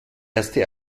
erste